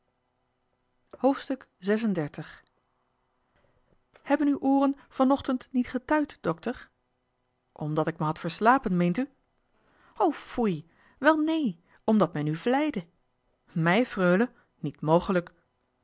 hebben uw ooren van ochtend niet getuit dokter omdat ik me had verslapen meent u o foei welneen omdat men u vleide mij freule niet mogelijk